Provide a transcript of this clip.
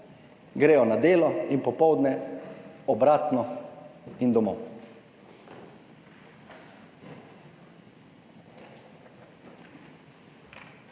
gredo na delo in popoldne obratno in domov.